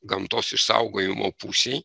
gamtos išsaugojimo pusėj